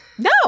No